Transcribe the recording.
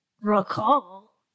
recall